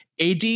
AD